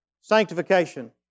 Sanctification